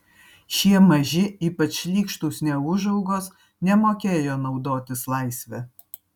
šie maži ypač šlykštūs neūžaugos nemokėjo naudotis laisve